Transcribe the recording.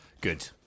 good